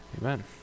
Amen